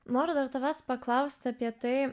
noriu dar tavęs paklaust apie tai